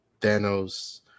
thanos